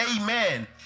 amen